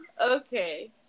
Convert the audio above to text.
Okay